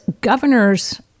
governors